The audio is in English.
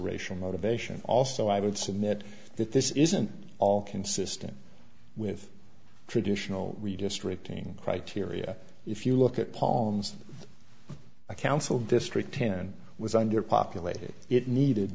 racial motivation also i would submit that this isn't all consistent with traditional redistricting criteria if you look at palms a council district ten was underpopulated it needed